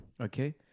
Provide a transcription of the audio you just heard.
Okay